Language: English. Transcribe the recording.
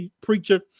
Preacher